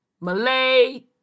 Malay